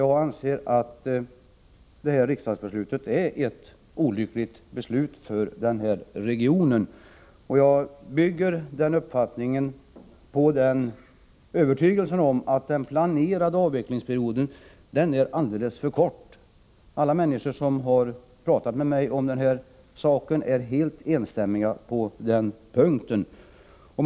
Jag anser att dagens regeringsbeslut är ett olyckligt beslut för denna nedläggning av region. Jag bygger den uppfattningen på övertygelsen om att den planerade Västergårdens kriavvecklingsperioden är alldeles för kort. Alla människor som har talat med minalvårdsanstalt i mig om saken är helt eniga på den punkten.